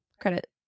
Credit